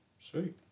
Sweet